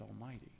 Almighty